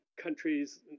countries